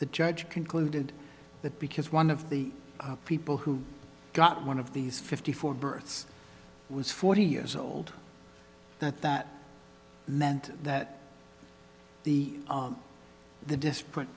the judge concluded that because one of the people who got one of these fifty four births was forty years old that that meant that the the dis